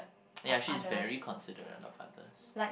ya she's very considerate of others